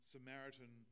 Samaritan